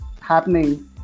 happening